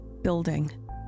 Building